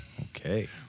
Okay